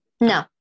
no